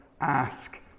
ask